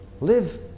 live